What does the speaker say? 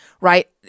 right